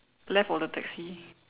left of the taxi